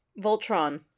Voltron